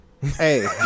Hey